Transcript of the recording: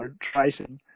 tracing